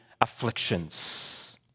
afflictions